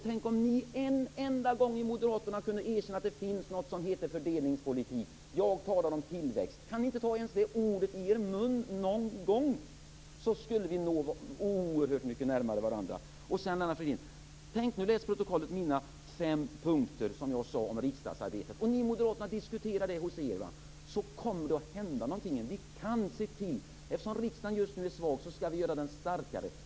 Tänk om ni i Moderaterna en enda gång kunde erkänna att det finns något som heter fördelningspolitik. Jag talar om tillväxt. Kan ni inte ens ta det ordet i er mun någon gång? Då skulle vi komma oerhört mycket närmare varandra. Läs mina fem punkter om riksdagsarbetet i protokollet, Lennart Fridén! Om ni moderater diskuterar dem kommer det att hända någonting. Vi kan se till det. Eftersom riksdagen nu är svag, skall vi göra den starkare.